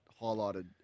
highlighted